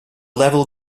level